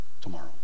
tomorrow